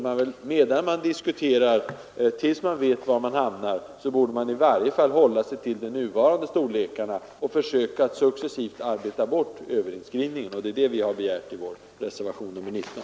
Medan man diskuterar, och innan man vet var man hamnar, borde man i varje fall hålla sig till de nuvarande gruppstorlekarna och försöka att successivt arbeta bort överinskrivningen. Det är vad vi har begärt i reservationen 19.